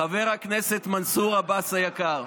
חבר הכנסת מנסור עבאס היקר.